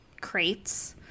crates